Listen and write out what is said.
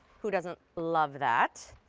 who doesn't love that.